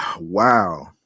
Wow